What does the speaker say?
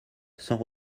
sans